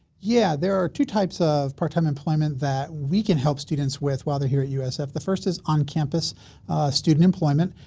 yeah there are two types of part-time employment that we can help students with while they're here at usf. the first is on campus student employment.